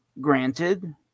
granted